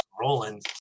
Rolling